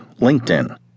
LinkedIn